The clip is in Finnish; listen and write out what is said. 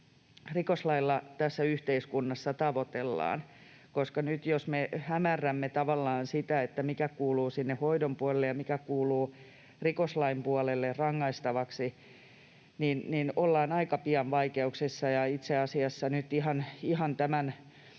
rikoslailla tässä yhteiskunnassa tavoitellaan, koska nyt jos me hämärrämme tavallaan sitä, mikä kuuluu sinne hoidon puolelle ja mikä kuuluu rikoslain puolelle rangaistavaksi, niin ollaan aika pian vaikeuksissa. Itse asiassa nyt ihan näiden